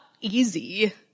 easy